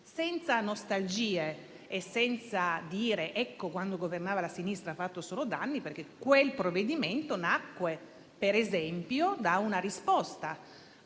senza nostalgie e senza dire che, quando la sinistra ha governato, ha fatto solo danni perché quel provvedimento nacque, per esempio, da una risposta